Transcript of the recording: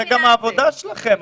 זו גם העבודה שלכם.